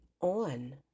on